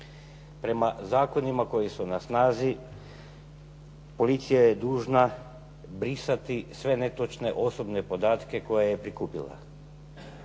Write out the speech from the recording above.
prema zakonima koji su na snazi policija je dužna brisati sve netočne osobne podatke koje je prikupila.